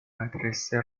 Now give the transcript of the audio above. مدرسه